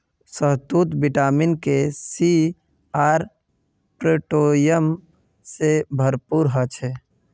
शहतूत vitamin K, C आर potassium से भरपूर ह छे